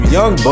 Young